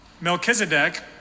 Melchizedek